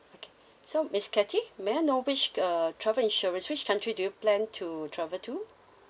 okay so miss cathy may I know which err travel insurance which country do you plan to travel to